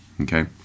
Okay